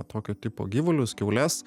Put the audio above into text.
tokio tipo gyvulius kiaules